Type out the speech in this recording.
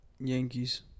Yankees